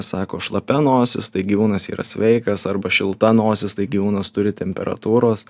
sako šlapia nosis tai gyvūnas yra sveikas arba šilta nosis tai gyvūnas turi temperatūros